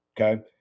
Okay